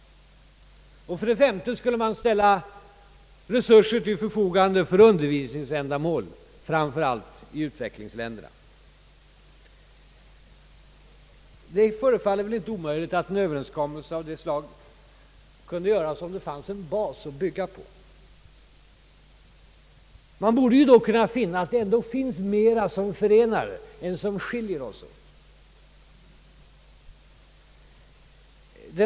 För det femte skulle den ställa resurser till förfogande för undervisningsändamål, framför allt i utvecklingsländerna. Det förefaller inte omöjligt att en överenskommelse av detta slag kunde göras, om det fanns en bas att bygga vidare på. Det är sannolikt att man sedan skall finna mer som förenar än som skiljer dem från varandra.